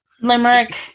Limerick